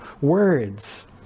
words